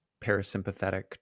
parasympathetic